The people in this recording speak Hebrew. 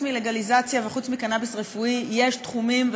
מלגליזציה וחוץ מקנביס רפואי יש תחומים,